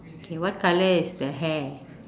okay what colour is the hair